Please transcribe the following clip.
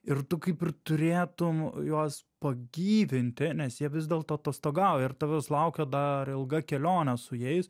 ir tu kaip ir turėtum juos pagyvinti nes jie vis dėlto atostogauja ir tavęs laukia dar ilga kelionė su jais